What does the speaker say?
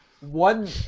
one